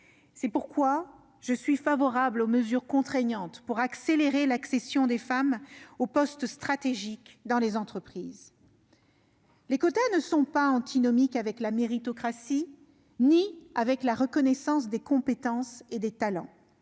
C'est pourquoi je suis favorable aux mesures contraignantes visant à accélérer l'accession des femmes aux postes stratégiques dans les entreprises. Les quotas ne sont antinomiques ni avec la méritocratie ni avec la reconnaissance des compétences et des talents.